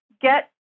get